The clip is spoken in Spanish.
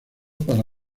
para